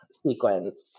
sequence